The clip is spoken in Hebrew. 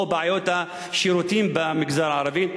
או בעיות השירותים במגזר הערבי?